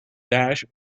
dash